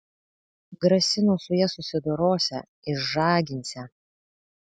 grasino su ja susidorosią išžaginsią